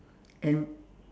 and